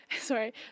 sorry